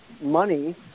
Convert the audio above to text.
money